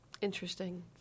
Interesting